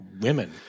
women